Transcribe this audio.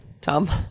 Tom